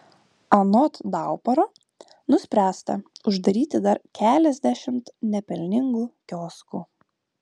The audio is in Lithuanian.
anot dauparo nuspręsta uždaryti dar keliasdešimt nepelningų kioskų